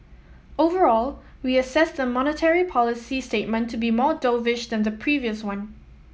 overall we assess the monetary policy statement to be more dovish than the previous one